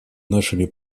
нашими